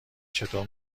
چطور